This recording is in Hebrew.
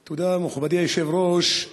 תודה, מכובדי היושב-ראש,